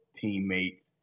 teammates